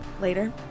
Later